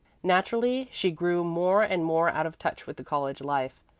naturally she grew more and more out of touch with the college life,